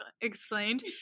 explained